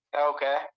Okay